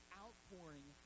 outpouring